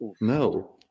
No